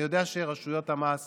אני יודע שרשויות המס